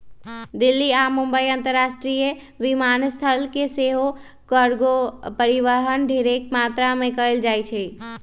दिल्ली आऽ मुंबई अंतरराष्ट्रीय विमानस्थल से सेहो कार्गो परिवहन ढेरेक मात्रा में कएल जाइ छइ